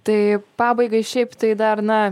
tai pabaigai šiaip tai dar na